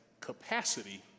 capacity